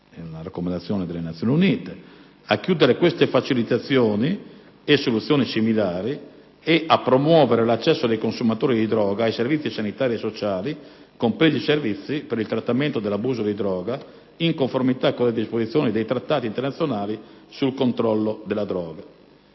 per l'iniezione di droghe" a "chiudere queste facilitazioni e soluzioni similari e a promuovere l'accesso dei consumatori di droga ai servizi sanitari e sociali, compresi i servizi per il trattamento dell'abuso di droga, in conformità con le disposizioni dei trattati internazionali di controllo sulla droga".